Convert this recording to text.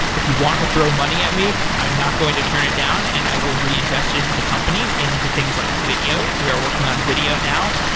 if you want to throw money at me, i'm not going to turn it down, and i will reinvest it into the company into things like video. we are working on video now.